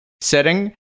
setting